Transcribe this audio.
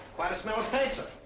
quite a smell of paint, sir.